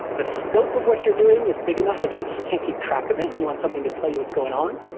the scope of what you're doing is big enough that you just can't keep track of it and you want something to tell you what's going on,